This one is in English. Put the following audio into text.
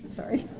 sorry,